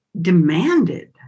demanded